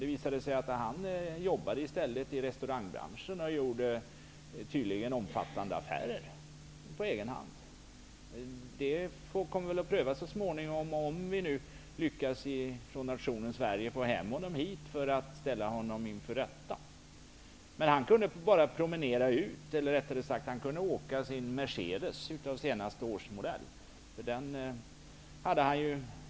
Det visade sig att han i stället jobbade i restaurangbranschen och tydligen gjorde omfattande affärer på egen hand. De kommer att prövas så småningom, om nationen Sverige lyckas få hem honom hit för att ställa honom inför rätta. Han kunde bara promenera ut, eller rättare sagt han kunde åka i sin Mercedes av senaste årsmodell.